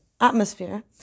atmosphere